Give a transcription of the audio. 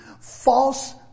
false